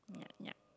yup yup